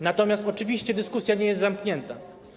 Natomiast oczywiście dyskusja nie jest zamknięta.